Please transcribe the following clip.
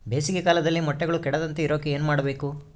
ಬೇಸಿಗೆ ಕಾಲದಲ್ಲಿ ಮೊಟ್ಟೆಗಳು ಕೆಡದಂಗೆ ಇರೋಕೆ ಏನು ಮಾಡಬೇಕು?